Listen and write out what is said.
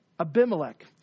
Abimelech